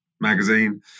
magazine